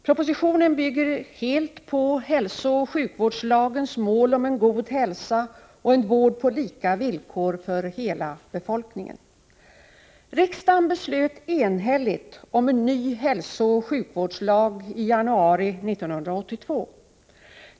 Propositionen bygger helt på hälsooch sjukvårdslagens mål om en god hälsa och en vård på lika villkor för hela befolkningen. Riksdagen beslöt enhälligt om en ny hälsooch sjukvårdslag i januari 1982.